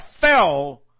fell